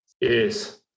Yes